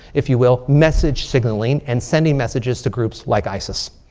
if you will, message signaling and sending messages to groups like isis.